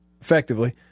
effectively